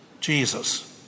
Jesus